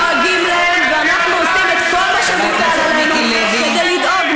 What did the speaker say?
אנחנו דואגים להם ועושים כל מה שמוטל עלינו כדי לדאוג,